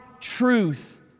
truth